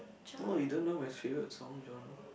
oh you don't know my favourite song genre